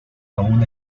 aún